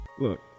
Look